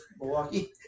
Milwaukee